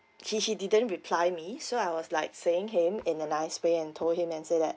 he he didn't reply me so I was like saying him in a nice way and told him and say that